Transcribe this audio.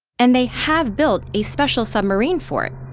and they have built a special submarine for it,